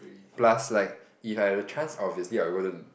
plus like if I have a chance of visit I will go to